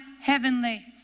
heavenly